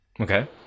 Okay